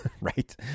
right